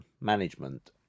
management